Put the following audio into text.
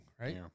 right